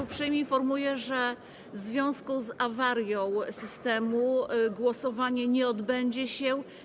Uprzejmie informuję, że w związku z awarią systemu głosowanie nie odbędzie się.